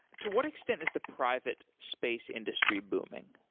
to what extent is the private space industry booming?